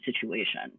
situation